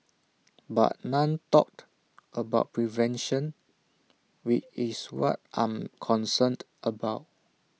but none talked about prevention which is what I'm concerned about